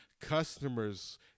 customers